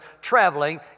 traveling